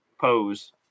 pose